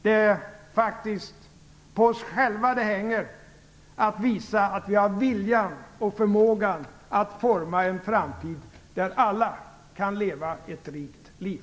Det är faktiskt på oss själva det hänger att visa att vi har viljan och förmågan att forma en framtid där alla kan leva ett rikt liv.